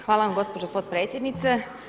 Hvala vam gospođo potpredsjednice.